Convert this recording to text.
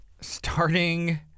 starting